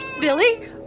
Billy